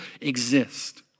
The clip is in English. exist